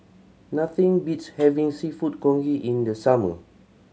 nothing beats having Seafood Congee in the summer